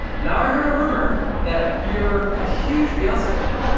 now i heard a rumor that you're a huge beyonce fan.